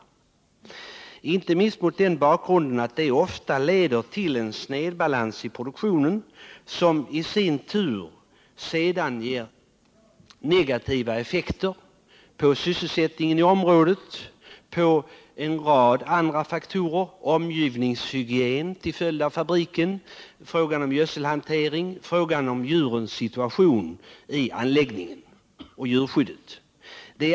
Detta inte minst mot bakgrunden att det ofta leder till en snedbalans i produktionen, som i sin tur ger negativa effekter på sysselsättningen i området. Det finns här en rad andra faktorer att ta hänsyn till, såsom omgivningshygienen, frågan om gödselhantering, frågan om djurens situation i anläggningen och djurskyddet.